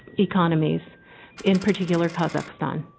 economies in particular kazakhstan